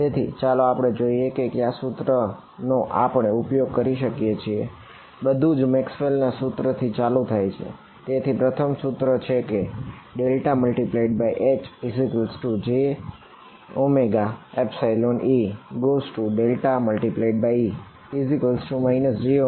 તેથી પ્રથમ સૂત્ર છે કે ∇×HjωϵE ∇×E jωμH બરાબર